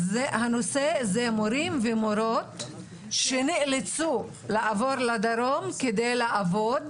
הנושא זה מורים ומורות שנאלצו לעבור לדרום כדי לעבוד,